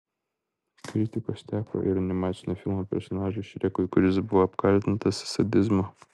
kritikos teko ir animacinio filmo personažui šrekui kuris buvo apkaltintas sadizmu